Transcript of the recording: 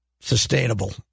sustainable